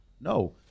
No